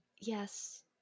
Yes